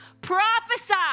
prophesy